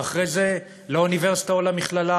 ואחרי זה לאוניברסיטה או למכללה,